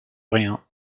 rien